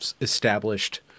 established –